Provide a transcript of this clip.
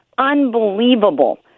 Unbelievable